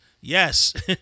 Yes